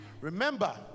Remember